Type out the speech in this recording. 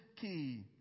key